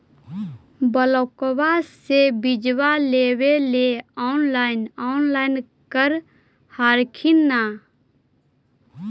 ब्लोक्बा से बिजबा लेबेले ऑनलाइन ऑनलाईन कर हखिन न?